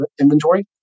inventory